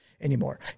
anymore